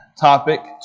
topic